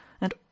and